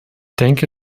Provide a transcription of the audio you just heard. denke